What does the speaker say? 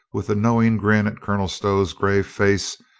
with a knowing grin at colonel stow's grave face,